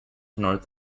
north